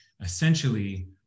essentially